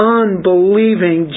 unbelieving